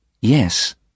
Yes